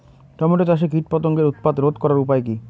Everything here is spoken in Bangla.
টমেটো চাষে কীটপতঙ্গের উৎপাত রোধ করার উপায় কী?